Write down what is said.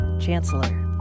chancellor